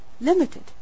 limited